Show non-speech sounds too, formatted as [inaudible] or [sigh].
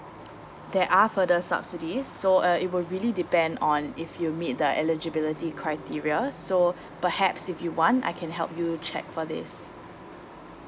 there are further subsidies so uh it will really depend on if you meet the eligibility criteria so [breath] perhaps if you want I can help you check for this